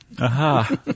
Aha